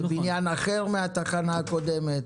זה בניין אחר מהתחנה הקודמת.